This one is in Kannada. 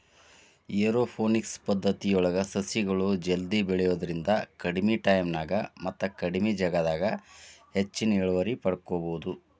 ಏರೋಪೋನಿಕ್ಸ ಪದ್ದತಿಯೊಳಗ ಸಸಿಗಳು ಜಲ್ದಿ ಬೆಳಿಯೋದ್ರಿಂದ ಕಡಿಮಿ ಟೈಮಿನ್ಯಾಗ ಮತ್ತ ಕಡಿಮಿ ಜಗದಾಗ ಹೆಚ್ಚಿನ ಇಳುವರಿ ಪಡ್ಕೋಬೋದು